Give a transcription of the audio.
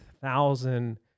thousand